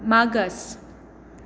मागास